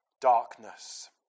darkness